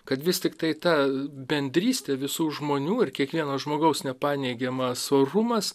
kad vis tiktai ta bendrystė visų žmonių ir kiekvieno žmogaus nepaneigiamas orumas